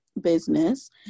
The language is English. business